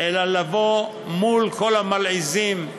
אלא לבוא מול כל המלעיזים,